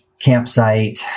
campsite